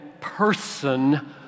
person